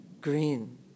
Green